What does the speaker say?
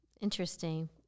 Interesting